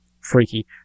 freaky